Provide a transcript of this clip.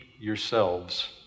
yourselves